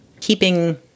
keeping